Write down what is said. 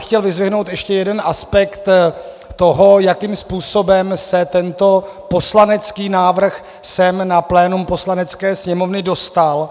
Chtěl bych vyzdvihnout ještě jeden aspekt toho, jakým způsobem se tento poslanecký návrh sem na plénum Poslanecké sněmovny dostal.